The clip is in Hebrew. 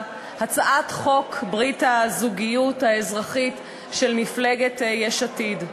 הצעת החוק ברית הזוגיות האזרחית של מפלגת יש עתיד.